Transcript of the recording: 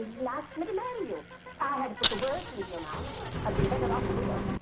last minimal you had but the words in your mouth i've been better off with. um